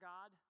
God